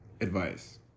advice